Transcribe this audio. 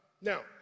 Now